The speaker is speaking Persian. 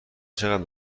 چقدر